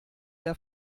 der